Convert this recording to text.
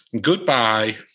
Goodbye